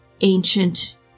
ancient